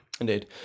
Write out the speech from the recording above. indeed